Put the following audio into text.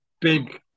big